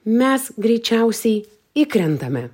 mes greičiausiai įkrentame